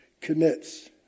commits